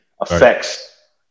affects